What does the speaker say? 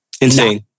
Insane